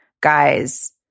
guys